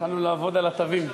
התחלנו לעבוד על התווים.